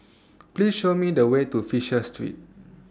Please Show Me The Way to Fisher Street